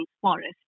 forest